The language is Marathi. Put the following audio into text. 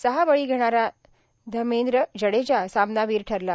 सहा बळी घेणारा धमेंद्र जडेजा सामनावीर ठरला